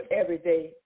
everyday